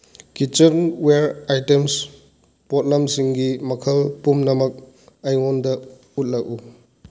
kitchen ꯋꯦꯌꯔ items ꯄꯣꯠꯂꯝꯁꯤꯡꯒꯤ ꯃꯈꯜ ꯄꯨꯝꯅꯃꯛ ꯑꯩꯉꯣꯟꯗ ꯎꯠꯂꯛꯎ